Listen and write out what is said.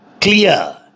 clear